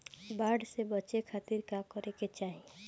बाढ़ से बचे खातिर का करे के चाहीं?